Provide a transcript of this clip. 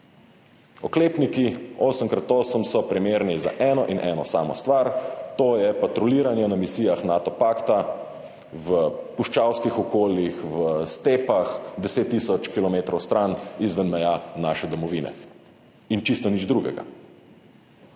Oklepniki 8x8 so primerni za eno in eno samo stvar, to je patruljiranje na misijah pakta Nato v puščavskih okoljih, v stepah, 10 tisoč kilometrov stran, izven meja naše domovine. In čisto nič drugega.